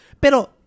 pero